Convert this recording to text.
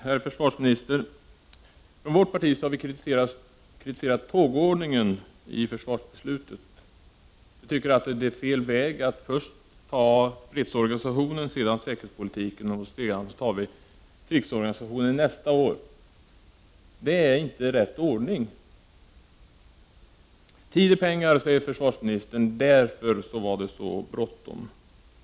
Herr talman! I vårt parti har vi, herr försvarsminister, kritiserat tågordningen i försvarsbeslutet. Vi tycker att det är fel väg att först fatta beslut om fredsorganisationen, därefter om säkerhetspolitiken och sedan om krigsorganisationen nästa år. Det kan inte vara rätt ordning. Tid är pengar, säger försvarsministern, och därför var det så bråttom.